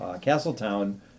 Castletown